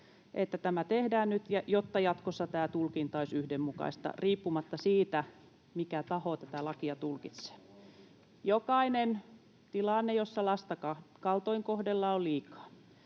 tämä tehdään nyt, jotta jatkossa tulkinta olisi yhdenmukaista riippumatta siitä, mikä taho tätä lakia tulkitsee. Jokainen tilanne, jossa lasta kaltoinkohdellaan, on liikaa.